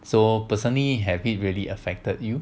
so personally have it really affected you